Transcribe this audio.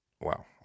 wow